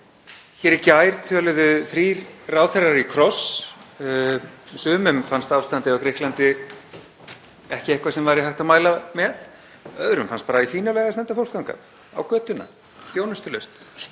Hér í gær töluðu þrír ráðherrar í kross. Sumum fannst ástandið á Grikklandi ekki eitthvað sem væri hægt að mæla með, öðrum fannst bara í fína lagi að senda fólk þangað, á götuna, þjónustulaust,